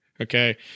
Okay